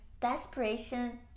desperation